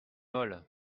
molle